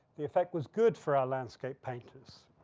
the effect was good for our landscape painters.